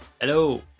Hello